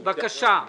בבקשה.